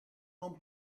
non